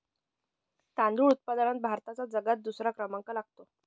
तांदूळ उत्पादनात भारताचा जगात दुसरा क्रमांक लागतो